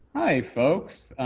hi folks,